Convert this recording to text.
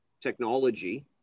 technology